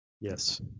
Yes